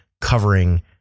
covering